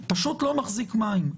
האמירה הזאת פשוט לא מחזיקה מים.